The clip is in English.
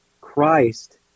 Christ